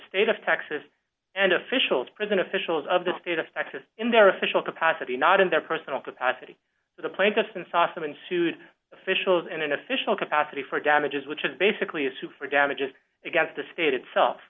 state of texas and officials prison officials of the state of texas in their official capacity not in their personal capacity the plaintiff and sauce and sued fishel in an official capacity for damages which is basically you sue for damages against the state itself